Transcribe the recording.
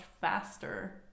faster